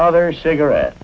other cigarette